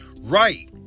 Right